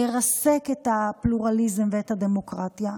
לרסק את הפלורליזם ואת הדמוקרטיה.